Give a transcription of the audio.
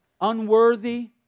unworthy